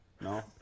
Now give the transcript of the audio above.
No